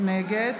נגד